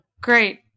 Great